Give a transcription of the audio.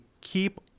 keep